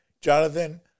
Jonathan